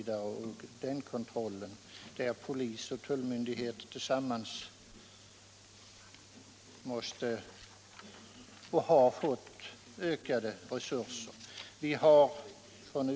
För den kontrollen måste polis och tullmyn digheter tillsammans ha ökade resurser. Det har de också fått.